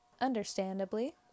Understandably